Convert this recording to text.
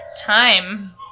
time